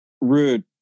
Rude